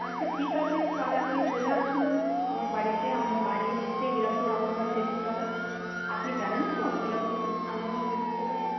আচ্ছা ঠিক আছে তাহলে আপনি চলে আসুন আমার বাড়িতে আমার বাড়ি হচ্ছে হীরাপুর আমবাগান তেঁতুলতলা আপনি জানেন তো হীরাপুর আমবাগান তেঁতুলতলাটা